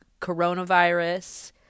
coronavirus